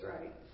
right